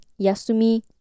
Yasumi